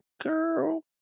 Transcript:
Girl